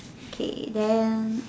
K then